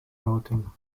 routing